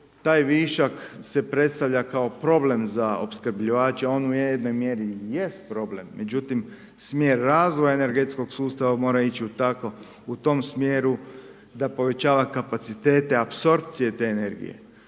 Taj višak se predstavlja kao problem za opskrbljivače, on u jednoj mjeri i jest problem međutim smjer razvoja energetskog sustava mora ići u tom smjeru da povećava kapacitete apsorpcije te energije.